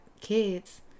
kids